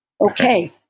Okay